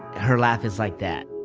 her laugh is like that